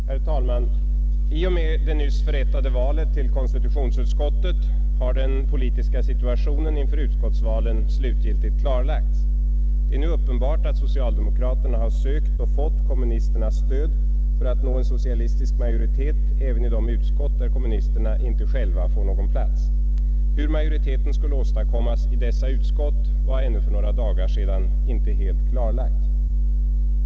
Herr talman! I och med det nyss förrättade valet till konstitutionsutskottet har den politiska situationen inför utskottsvalen slutgiltigt klarlagts. Det är nu uppenbart att socialdemokraterna har sökt och fått kommunisternas stöd för att nå en socialistisk majoritet även i de utskott där kommunisterna inte själva får någon plats. Hur majoriteten skulle åstadkommas i dessa utskott var ännu för några dagar sedan inte helt klarlagt.